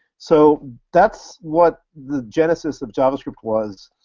so that's what the genesis of javascript was,